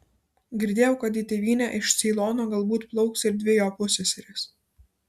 girdėjau kad į tėvynę iš ceilono galbūt plauks ir dvi jo pusseserės